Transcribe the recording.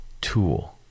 tool